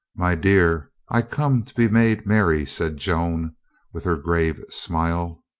my dear, i come to be made merry, said joan with her grave smile.